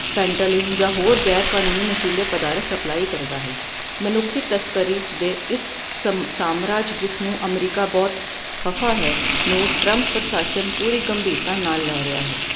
fentanyl ਜਾਂ ਹੋਰ ਗੈਰ ਕਾਨੂੰਨੀ ਨਸ਼ੀਲੇ ਪਦਾਰਥ ਸਪਲਾਈ ਕਰਦਾ ਹੈ ਮਨੁੱਖੀ ਤਸਕਰੀ ਦੇ ਇਸ ਸਮ ਸਾਮਰਾਜ ਜਿਸ ਨੂੰ ਅਮਰੀਕਾ ਬਹੁਤ ਖਫ਼ਾ ਹੈ ਨੂੰ ਟਰੰਪ ਪ੍ਰਸ਼ਾਸਨ ਪੂਰੀ ਗੰਭੀਰਤਾ ਨਾਲ ਲੈ ਰਿਹਾ ਹੈ